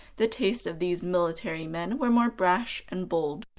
the taste of these military men were more brash and bold,